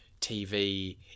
tv